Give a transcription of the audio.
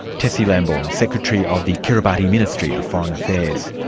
tessie lambourne, secretary of the kiribati ministry of foreign affairs.